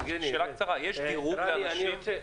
האם יש דירוג באנשים?